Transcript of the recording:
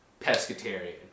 pescatarian